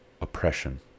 oppression